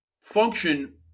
function